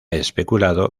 especulado